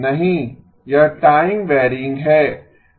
नहीं यह time varying है